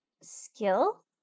skill